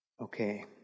Okay